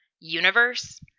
universe